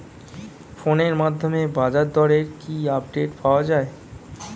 ফোনের মাধ্যমে বাজারদরের কি আপডেট পাওয়া যায়?